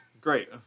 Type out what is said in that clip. Great